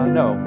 no